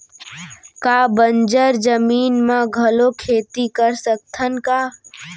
का बंजर जमीन म घलो खेती कर सकथन का?